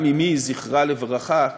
גם אמי, זכרה לברכה,